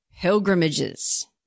pilgrimages